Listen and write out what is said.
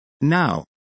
Now